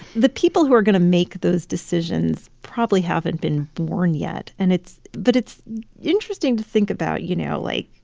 the people who are going to make those decisions probably haven't been born yet. and it's but it's interesting to think about, you know, like,